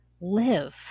Live